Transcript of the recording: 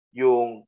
yung